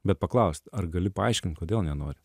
bet paklaust ar gali paaiškint kodėl nenori